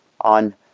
on